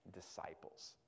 disciples